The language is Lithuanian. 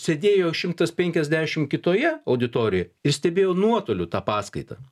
sėdėjo šimtas penkiasdešim kitoje auditorijoj ir stebėjo nuotoliu tą paskaitą